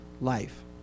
life